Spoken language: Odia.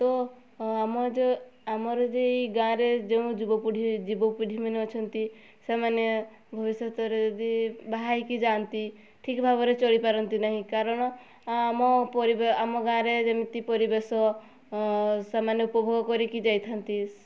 ତ ଆମର ଯୋ ଆମର ଯେ ଏଇ ଗାଁ ରେ ଯେଉଁ ଯୁବପିଢ଼ି ଯୁବପିଢ଼ି ମାନେ ଅଛନ୍ତି ସେମାନେ ଭବିଷ୍ୟତରେ ଯଦି ବାହା ହେଇକି ଯାଆନ୍ତି ଠିକ ଭାବରେ ଚଳିପାରନ୍ତି ନାହିଁ କାରଣ ଆମ ପରିବ ଆମ ଗାଁ ରେ ଯେମିତି ପରିବେଶ ସେମାନେ ଉପଭୋଗ କରିକି ଯାଇଥାନ୍ତି